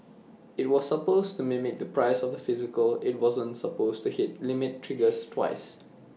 IT was supposed to mimic the price of the physical IT wasn't supposed to hit limit triggers twice